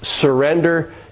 surrender